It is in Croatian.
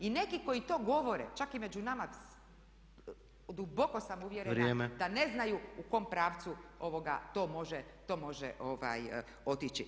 I neki koji to govore, čak i među nama, duboko sam uvjerena da ne znaju u kojem pravcu to može otići.